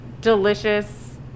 delicious